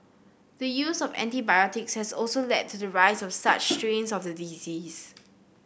the use of antibiotics has also led to the rise of such strains of the disease